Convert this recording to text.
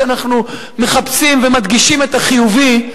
כשאנחנו מחפשים ומדגישים את החיובי,